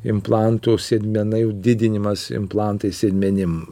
implantų sėdmenai didinimas implantais sėdmenim